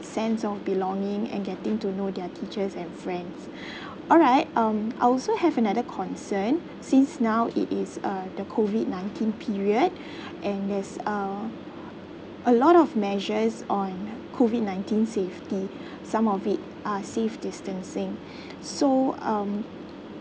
a sense of belonging and getting to know their teachers and friends alright um I also have another concern since now it is uh the COVID nineteen period and there's uh a lot of measures on COVID nineteen safety some of it are safe distancing so um